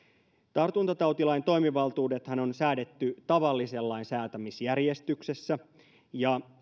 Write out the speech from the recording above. tartuntatautilain toimivaltuudethan on säädetty tavallisen lain säätämisjärjestyksessä ja